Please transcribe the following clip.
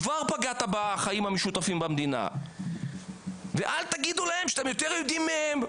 כבר פגעת בחיים המשותפים במדינה ואל תגידו להם שאתם יותר יודעים מהם.